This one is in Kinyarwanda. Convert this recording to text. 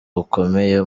bukomeye